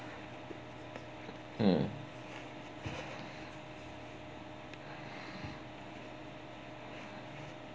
mm